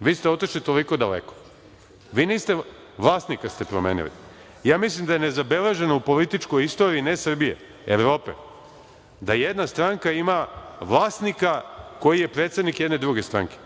Vi ste otišli toliko daleko. Vlasnika ste promenili. Mislim da je nezabeleženo u političkoj istoriji ne Srbije, Evrope da jedna stranka ima vlasnika koji je predsednik jedne druge stranke.